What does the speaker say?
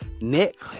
Nick